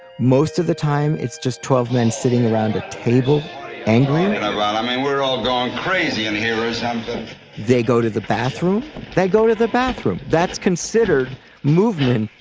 most of the time, it's just twelve men sitting around a table and glancing around. i mean, we're all going crazy in here as um they go to the bathroom they go to the bathroom. that's considered movement,